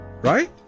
right